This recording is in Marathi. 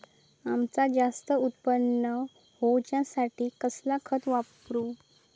अम्याचा जास्त उत्पन्न होवचासाठी कसला खत वापरू?